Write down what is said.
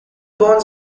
bonds